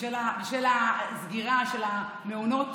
בשל הסגירה של המעונות